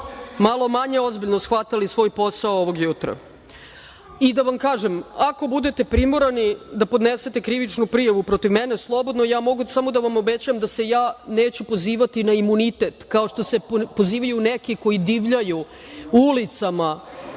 malo manje ozbiljno shvatali svoj posao ovog jutra. Da vam kažem, ako budete primorani da podnesete krivičnu prijavu protiv mene, slobodno. Ja mogu samo da vam obećam da se ja neću pozivati na imunitet, kao što se pozivaju neki koji divljaju ulicama